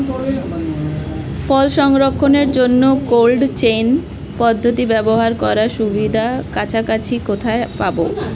ফল সংরক্ষণের জন্য cold chain পদ্ধতি ব্যবহার করার সুবিধা কাছাকাছি কোথায় পাবো?